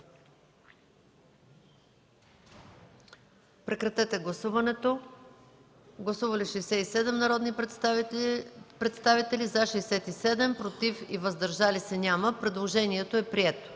който става § 42. Гласували 68 народни представители: за 68, против и въздържали се няма. Предложението е прието.